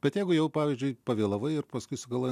bet jeigu jau pavyzdžiui pavėlavai ir paskui sugalvojai